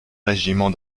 régiments